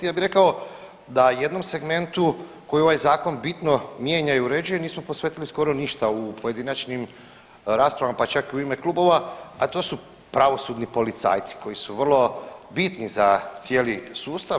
Ja bih rekao da jednom segmentu koji ovaj zakon bitno mijenja i uređuje nismo posvetili skoro ništa u pojedinačnim raspravama, pa čak i u ime klubova, a to su pravosudni policajci koji su vrlo bitni za cijeli sustav.